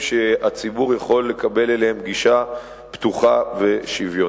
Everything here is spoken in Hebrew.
שהציבור יכול לקבל אליהם גישה פתוחה ושוויונית.